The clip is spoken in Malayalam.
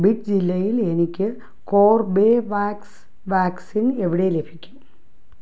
ബിഡ് ജില്ലയിൽ എനിക്ക് കോർബേവാക്സ് വാക്സിൻ എവിടെ ലഭിക്കും